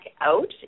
out